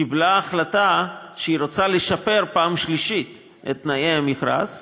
קיבלה החלטה שהיא רוצה לשפר פעם שלישית את תנאי המכרז,